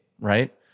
right